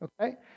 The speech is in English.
okay